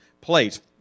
place